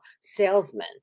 salesmen